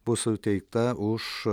bus suteikta už